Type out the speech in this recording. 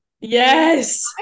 Yes